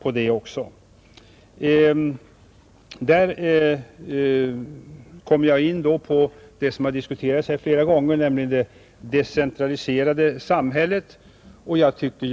Jag kommer här in på det som har diskuterats flera gånger, nämligen det decentraliserade samhället.